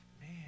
Man